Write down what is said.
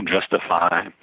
justify